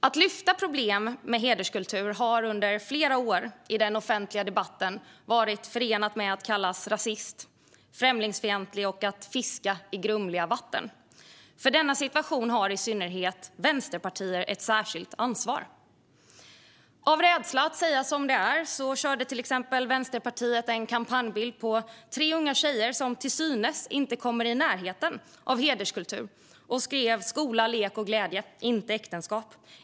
Att lyfta problem med hederskultur har under flera år i den offentliga debatten varit förenat med att kallas rasist, främlingsfientlig och att fiska i grumliga vatten. För denna situation har i synnerhet vänsterpartier ett särskilt ansvar. Av rädsla att säga som det är körde till exempel Vänsterpartiet en kampanjbild på tre unga tjejer som till synes inte kommer i närheten av hederskultur, och man skrev: Skola, lek och glädje - inte äktenskap.